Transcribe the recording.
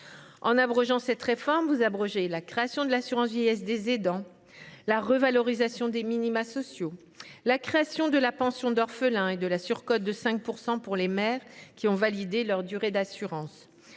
En abrogeant cette réforme, vous abrogez la création de l’assurance vieillesse des aidants, la revalorisation des minima sociaux, la création de la pension d’orphelin et de la surcote de 5 % pour les mères qui ont validé leur durée d’assurance.